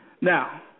Now